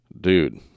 Dude